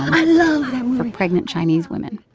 i love that we. for pregnant chinese women,